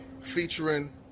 featuring